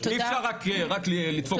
אי אפשר רק לדפוק את החקלאי.